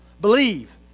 Believe